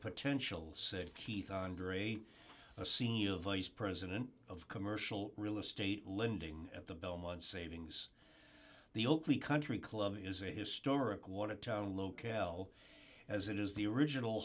potential said keith andre a senior vice president of commercial real estate lending at the belmont savings the oakley country club is a historic watertown locale as it is the original